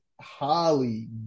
Holly